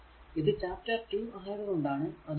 ഇത് ചാപ്റ്റർ 2 ആയതു കൊണ്ടാണ് അത് 2